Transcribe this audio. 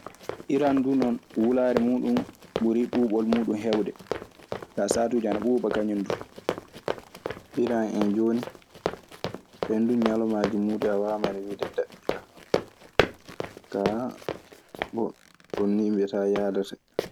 Iran dun non wulare mudun ɓuri ɓubol mudun hewde, ka satuji ana ɓuba kaŋum dun. Iran en jooni, kañun duu ñalawmaaji muuɗun en ana waawnoo wiide daɓɓi kaa. Kaa, ɗun nii mbiyataa yahdata.